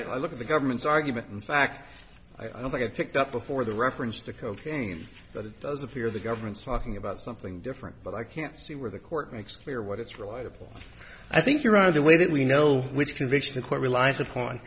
understand i look at the government's argument in fact i don't get picked up before the reference to cocaine but it does appear the government's talking about something different but i can't see where the court makes clear what it's reliable i think you're on the way that we know which conviction the court reliance upon